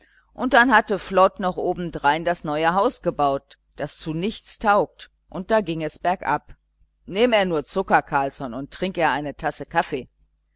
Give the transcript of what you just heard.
und dann hatte flod noch obendrein das neue haus gebaut das zu nichts taugt und da ging es bergab nehm er nur zucker carlsson und trink er eine tasse kaffee